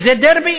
וזה דרבי.